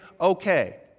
okay